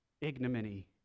Ignominy